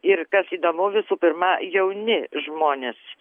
ir kas įdomu visų pirma jauni žmonės